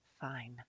fine